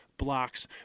blocks